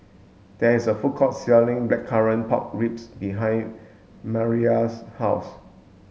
there is a food court selling blackcurrant pork ribs behind Mariela's house